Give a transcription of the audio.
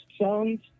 songs